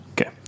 Okay